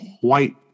white